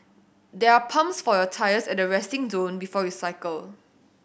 they are pumps for your tyres at the resting zone before you cycle